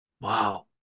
Wow